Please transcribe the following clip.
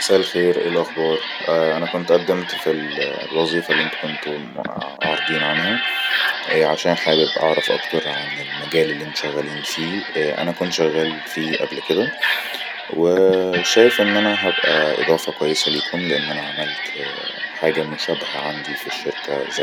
مساء الخير اي الاخبار انا كنت ئدمت فالوظيفه اللي انتم كنتو عارضين عنها عشان حابب اعرف اكتر عن المجال اللي شغلين فيه انا كنت شغل فيه قبل كده وشايف اننا هبأى اضافة كويسة لكم لان انا عملت حاجة مشابهة عندي في الشركة زي